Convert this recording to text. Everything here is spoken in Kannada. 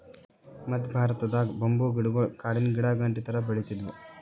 ಮದ್ಯ ಭಾರತದಾಗ್ ಬಂಬೂ ಗಿಡಗೊಳ್ ಕಾಡಿನ್ ಗಿಡಾಗಂಟಿ ಥರಾ ಬೆಳಿತ್ತಿದ್ವು